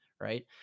right